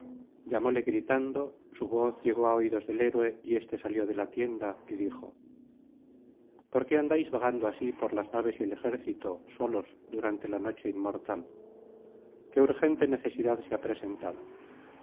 llamóle gritando su voz llegó á oídos del héroe y éste salió de la tienda y dijo por qué andais vagando así por las naves y el ejército solos durante la noche inmortal qué urgente necesidad se ha presentado